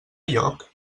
lloc